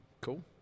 Cool